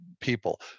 people